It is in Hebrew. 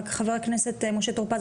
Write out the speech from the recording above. רק חבר הכנסת משה טור פז,